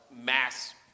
mass